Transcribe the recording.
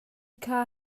kha